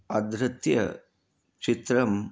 आधृत्य चित्रं